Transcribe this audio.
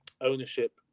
ownership